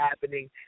happening